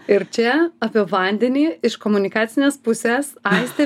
ir čia apie vandenį iš komunikacinės pusės aistė